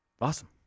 Awesome